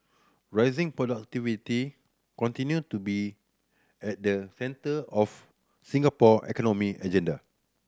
raising productivity continue to be at the centre of Singapore economic agenda